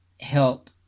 help